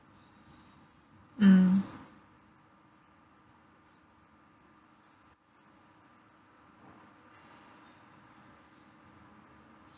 mm